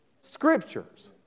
Scriptures